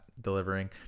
delivering